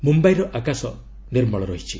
ମୁମ୍ବାଇର ଆକାଶ ନିର୍ମଳ ହୋଇଛି